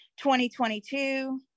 2022